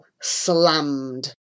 slammed